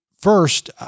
first